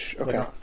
Okay